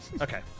Okay